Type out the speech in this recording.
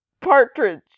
Partridge